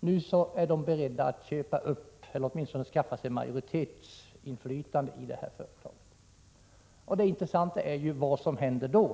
är berett att köpa upp eller åtminstone skaffa sig majoritetsinflytande i den. Det intressanta är ju vad som händer då.